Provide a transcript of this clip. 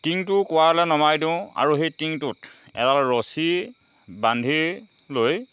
টিংটো পানীলৈ নমাই দিওঁ আৰু সেই টিংটোত এডাল ৰছী বান্ধি লৈ